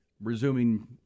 resuming